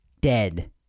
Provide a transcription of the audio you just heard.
dead